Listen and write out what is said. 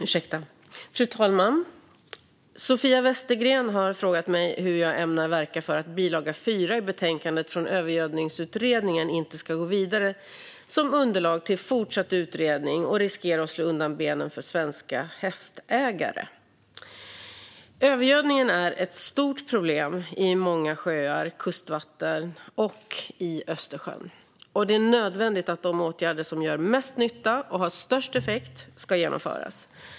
Fru talman! Sofia Westergren har frågat mig hur jag ämnar verka för att bilaga 4 i betänkandet från Övergödningsutredningen inte ska gå vidare som underlag till fortsatt utredning och riskera att slå undan benen för svenska hästägare. Övergödningen är ett stort problem i många sjöar och kustvatten och i Östersjön, och det är nödvändigt att de åtgärder som gör mest nytta och har störst effekt genomförs.